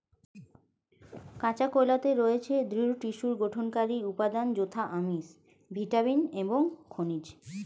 কাঁচা কলাতে রয়েছে দৃঢ় টিস্যুর গঠনকারী উপাদান যথা আমিষ, ভিটামিন এবং খনিজ